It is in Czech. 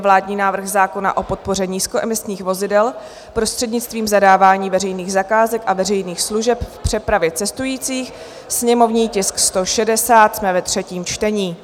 Vládní návrh zákona o podpoře nízkoemisních vozidel prostřednictvím zadávání veřejných zakázek a veřejných služeb v přepravě cestujících /sněmovní tisk 160/ třetí čtení